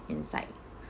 inside